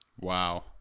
Wow